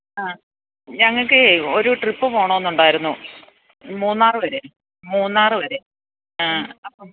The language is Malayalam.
അ ഞങ്ങള്ക്കേ ഒരു ട്രിപ്പ് പോകണമെന്നുണ്ടായിരുന്നു മൂന്നാര് വരെ മൂന്നാര് വരെ അപ്പോള്